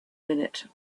minute